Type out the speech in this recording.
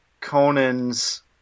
Conan's